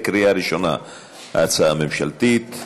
הצעה ממשלתית,